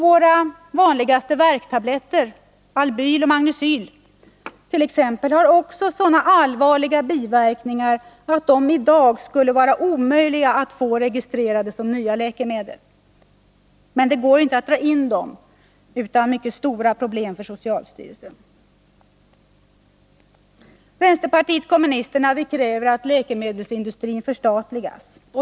Våra vanligaste värktabletter, t.ex. Albyl, Magnecyl, har också så allvarliga biverkningar att det i dag skulle vara omöjligt att få dem registrerade som nya läkemedel. Men det går inte att dra in dem utan mycket stora problem för socialstyrelsen. Vänsterpartiet kommunisterna kräver att läkemedelsindustrin förstatligas.